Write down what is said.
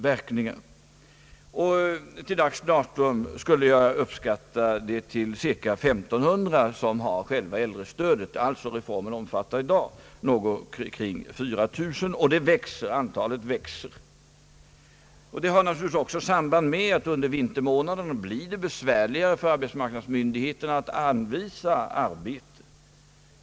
Till dags dato skulle jag uppskatta att cirka 1500 personer har fått del av äldre-stödet. Reformen omfattar alltså i dag omkring 4 000 personer. Antalet växer, och det har naturligtvis samband med att det under vinterhalvåret blir besvärligare för arbetsmarknadsmyndigheterna att anvisa arbete.